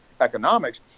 economics